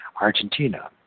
Argentina